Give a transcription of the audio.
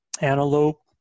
antelope